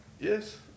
Yes